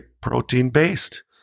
protein-based